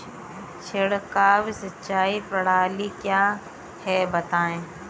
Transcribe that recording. छिड़काव सिंचाई प्रणाली क्या है बताएँ?